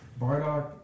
Bardock